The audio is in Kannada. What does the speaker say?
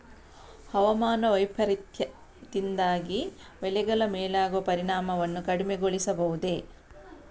ಹವಾಮಾನ ವೈಪರೀತ್ಯದಿಂದಾಗಿ ಬೆಳೆಗಳ ಮೇಲಾಗುವ ಪರಿಣಾಮವನ್ನು ಕಡಿಮೆಗೊಳಿಸಬಹುದೇ?